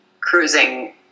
cruising